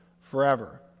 forever